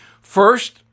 First